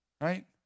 Right